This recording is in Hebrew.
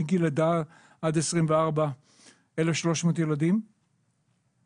מגיל לידה עד גיל 24 נפטרים 1,300 ילדים מדי שנה.